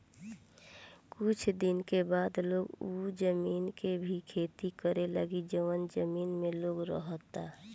कुछ दिन के बाद लोग उ जमीन के भी खेती करे लागी जवन जमीन में लोग रहता